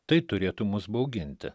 tai turėtų mus bauginti